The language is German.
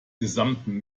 gesamten